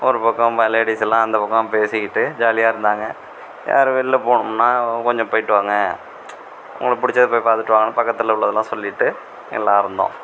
ஒரு பக்கம் லேடீஸெல்லாம் அந்த பக்கம் பேசிகிட்டு ஜாலியாக இருந்தாங்க யாராவது வெளியில் போனோம்னால் கொஞ்சம் போய்விட்டு வாங்க உங்களுக்கு பிடிச்சத போய் பார்த்துட்டு வாங்கன்னு பக்கத்தில் உள்ளதெல்லாம் சொல்லிகிட்டு எல்லாம் இருந்தோம்